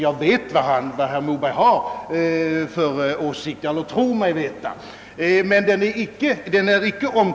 Jag tror mig veta vilken åsikt statsrådet Moberg har, men den har icke angivits.